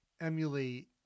emulate